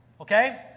Okay